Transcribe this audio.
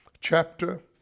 Chapter